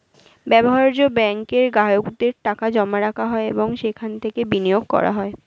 ব্যবহার্য ব্যাঙ্কে গ্রাহকদের টাকা জমা রাখা হয় এবং সেখান থেকে বিনিয়োগ করা হয়